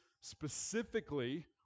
specifically